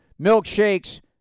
Milkshakes